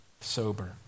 sober